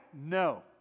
No